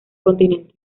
continente